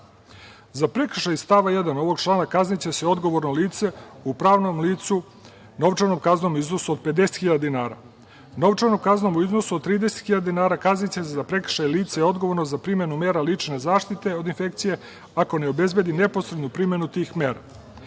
prekršaj iz stava 1. ovog člana kazniće se odgovorno lice u pravnom licu novčanom kaznom u iznosu od 50.000 dinara. Novčanom kaznom u iznosu od 30.000 dinara kazniće se za prekršaj lice odgovorno za primenu mera lične zaštite od infekcije ako ne obezbedi neposrednu primenu tih